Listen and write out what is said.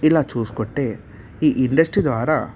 ఇలా చూసుకుంటే ఈ ఇండస్ట్రీ ద్వారా